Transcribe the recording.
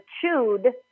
chewed